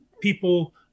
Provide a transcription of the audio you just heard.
people